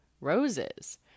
ROSES